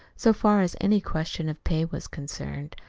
so far as any question of pay was concerned,